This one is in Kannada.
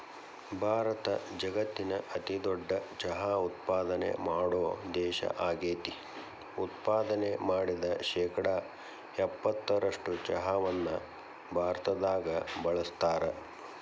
ಭಾರತ ಜಗತ್ತಿನ ಅತಿದೊಡ್ಡ ಚಹಾ ಉತ್ಪಾದನೆ ಮಾಡೋ ದೇಶ ಆಗೇತಿ, ಉತ್ಪಾದನೆ ಮಾಡಿದ ಶೇಕಡಾ ಎಪ್ಪತ್ತರಷ್ಟು ಚಹಾವನ್ನ ಭಾರತದಾಗ ಬಳಸ್ತಾರ